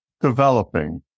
developing